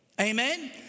Amen